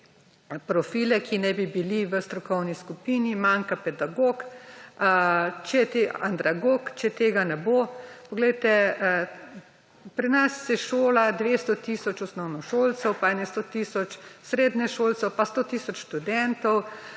profile, ki naj bi bili v strokovni skupini, manjkata pedagog, andragog. Poglejte, pri nas se šola 200 tisoč osnovnošolcev in 100 tisoč srednješolcev in 100 tisoč študentov